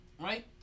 right